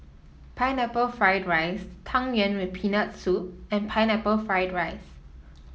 Pineapple Fried Rice Tang Yuen with Peanut Soup and Pineapple Fried Rice